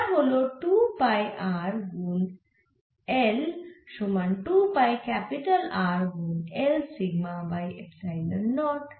যা হল 2 pi r গুন L সমান 2 পাই ক্যাপিটাল R গুন L sigma by epsilon not